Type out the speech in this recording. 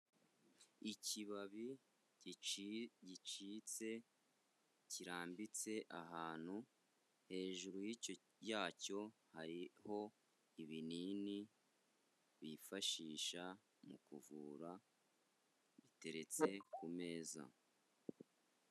Ikibabi gicitse kirambitse ahantu, hejuru yacyo hariho ibinini bifashisha mu kuvura biteretse ku meza.